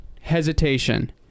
hesitation